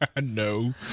no